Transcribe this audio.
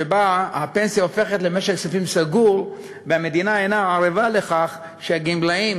שבו הפנסיה הופכת למשק כספים סגור והמדינה אינה ערבה לכך שהגמלאים